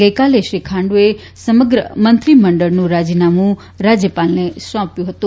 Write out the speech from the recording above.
ગઇકાલે શ્રી ખાંડ઼એ સમગ્ર મંત્રીમંડળનું રાજીનામું રાજયપાલને સોંપ્યું હતું